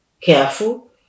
careful